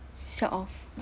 sort of